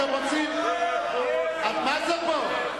מה זה פה?